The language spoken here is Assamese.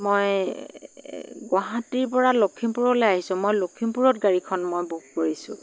মই গুৱাহাটীৰ পৰা লখিমপুৰলৈ আহিছোঁ মই লখিমপুৰত গাড়ীখন মই বুক কৰিছোঁ